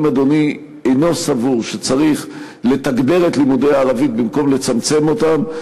האם אדוני אינו סבור שצריך לתגבר את לימודי הערבית במקום לצמצם אותם?